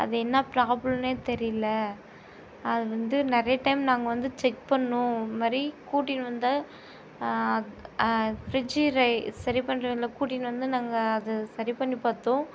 அது என்ன ப்ராப்ளன்னே தெரியல அது வந்து நிறைய டைம் நாங்கள் வந்து செக் பண்ணோம் இந்த மாதிரி கூட்டிகிட்டு வந்த ஃப்ரிட்ஜூ ரை சரி பண்றவங்களை கூட்டின்னு வந்து நாங்கள் அதை சரி பண்ணி பார்த்தோம்